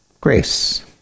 grace